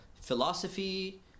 philosophy